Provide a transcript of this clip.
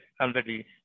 already